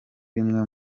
bimwe